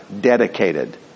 dedicated